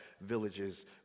villages